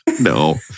No